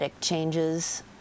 changes